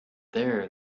there